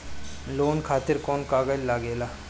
Loan खातिर कौन कागज लागेला?